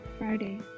Friday